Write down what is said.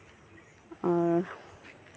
ᱟᱨ